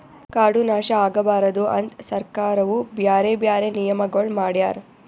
ಕಾಡು ನಾಶ ಆಗಬಾರದು ಅಂತ್ ಸರ್ಕಾರವು ಬ್ಯಾರೆ ಬ್ಯಾರೆ ನಿಯಮಗೊಳ್ ಮಾಡ್ಯಾರ್